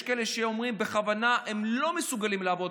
יש כאלה שאומרים בכוונה שהם לא מסוגלים לעבוד,